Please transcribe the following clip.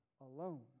alone